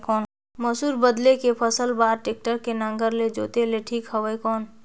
मसूर बदले के फसल बार टेक्टर के नागर ले जोते ले ठीक हवय कौन?